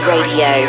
Radio